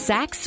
Sex